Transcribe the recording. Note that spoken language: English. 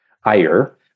higher